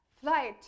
flight